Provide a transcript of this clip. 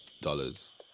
dollars